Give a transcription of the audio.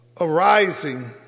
arising